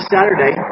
Saturday